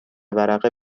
ورقه